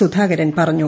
സുധാകരൻ പറഞ്ഞു